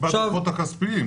בדוחות הכספיים.